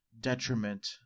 detriment